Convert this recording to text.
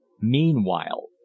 meanwhile